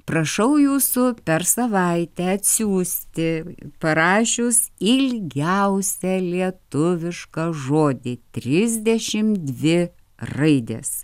prašau jūsų per savaitę atsiųsti parašius ilgiausią lietuvišką žodį trisdešimt dvi raidės